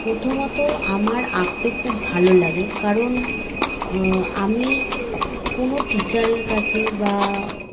প্রথমত আমার আঁকতে খুব ভালো লাগে কারণ আমি কোনো টিচারের কাছে বা